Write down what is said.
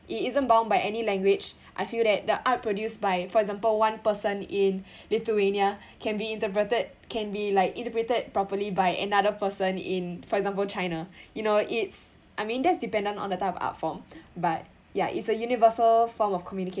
it isn't bound by any language I feel that the art produce by for example one person in lithuania can be interpreted can be like interpreted properly by another person in for example china you know it's I mean that's dependent on the type of art form but ya it's a universal form of communication